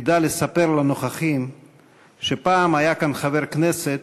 ידע לספר לנוכחים שפעם היה כאן חבר כנסת,